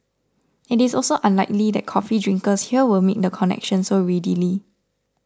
it is also unlikely that coffee drinkers here will make the connection so readily